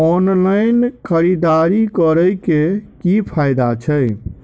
Online खरीददारी करै केँ की फायदा छै?